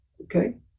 okay